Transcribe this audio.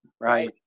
Right